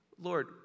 Lord